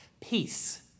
Peace